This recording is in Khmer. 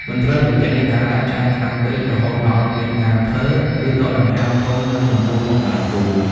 មិនត្រូវបញ្ចេញអាការៈឆ្អែតខ្លាំងពេក រហូតដល់មានការភើ ឬដកដង្ហើមធំនៅចំពោះមុខដៃគូ។